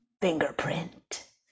fingerprint